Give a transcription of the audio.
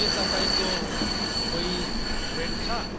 के तपाईँको बोइफ्रेन्ड छ